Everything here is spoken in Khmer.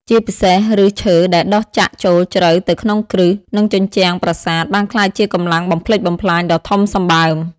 ជាពិសេស ឬសឈើដែលដុះចាក់ចូលជ្រៅទៅក្នុងគ្រឹះ និងជញ្ជាំងប្រាសាទ បានក្លាយជាកម្លាំងបំផ្លិចបំផ្លាញដ៏ធំសម្បើម។